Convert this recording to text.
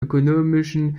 ökonomischen